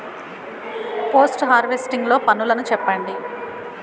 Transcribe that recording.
Post harvesting లో పనులను చెప్పండి?